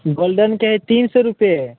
गोल्डनके हइ तीन सओ रुपैए